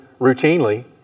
routinely